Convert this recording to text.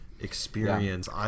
experience